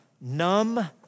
numb